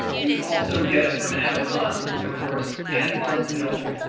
you can also get it from amazon, of course. and barnes and noble.